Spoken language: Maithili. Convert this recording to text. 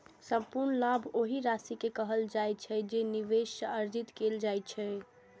संपूर्ण लाभ ओहि राशि कें कहल जाइ छै, जे निवेश सं अर्जित कैल जाइ छै